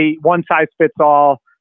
one-size-fits-all